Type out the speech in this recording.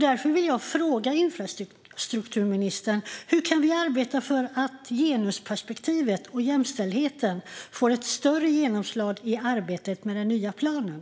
Därför vill jag fråga infrastrukturministern: Hur kan vi arbeta för att genusperspektivet och jämställdheten ska få ett större genomslag i arbetet med den nya planen?